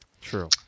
True